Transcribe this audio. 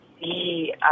see